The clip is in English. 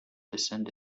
descended